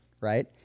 right